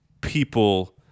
people